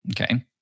Okay